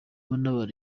babo